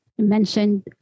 mentioned